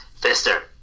Fister